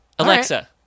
Alexa